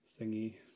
thingy